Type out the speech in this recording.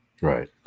Right